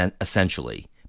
essentially